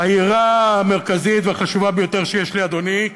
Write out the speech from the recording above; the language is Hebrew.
היראה המרכזית והחשובה ביותר שיש לי, אדוני,